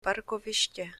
parkoviště